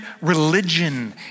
religion